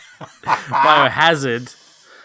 Biohazard